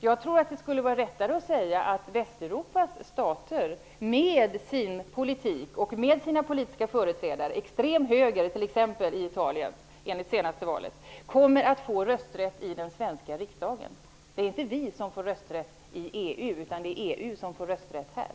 Jag tror att det vore mer rätt att säga att Västeuropas stater -- med sin politik och sina politiska företrädare, exempelvis extrem höger i Italien efter det senaste valet -- kommer att få rösträtt i den svenska riksdagen. Det är inte vi som får rösträtt i EU, utan det är EU som får rösträtt här.